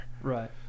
Right